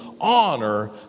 honor